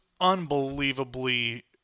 unbelievably